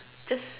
just